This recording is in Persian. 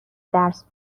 درس